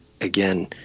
again